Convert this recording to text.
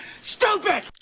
stupid